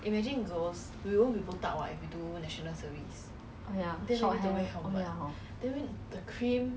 you remember that time government got say 女孩子要